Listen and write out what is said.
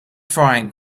frying